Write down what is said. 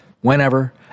whenever